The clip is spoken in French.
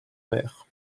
mer